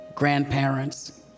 grandparents